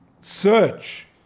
search